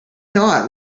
not